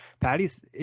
Patty's